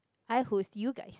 I host you guys